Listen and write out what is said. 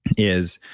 is,